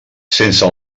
sense